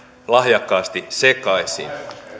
lahjakkaasti sekaisin